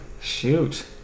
Shoot